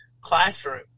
classroom